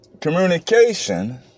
Communication